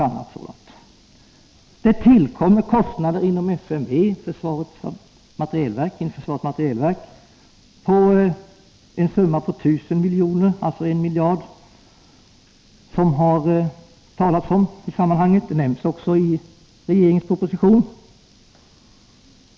Vidare tillkommer kostnader inom FMV, försvarets materielverk, till en summa av 1 000 miljoner, som det har talats om i sammanhanget, och det nämns också i regeringens proposition.